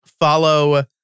follow